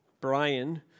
Brian